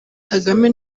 kagame